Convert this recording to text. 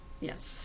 Yes